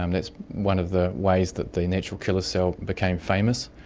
um that's one of the ways that the natural killer cell became famous.